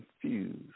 confused